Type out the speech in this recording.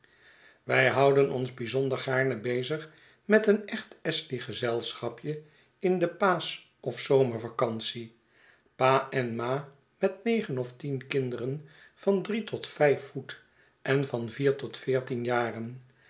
wij houden ons bijzonder gaarne bezig met een echt astley gezelschapje in de paasch of zomervaeantie pa en ma met negen oftien kinderen van drie tot vijf voet erl van vier tot veertien jaren